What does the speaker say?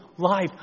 Life